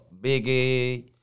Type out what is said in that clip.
Biggie